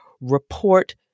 report